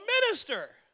minister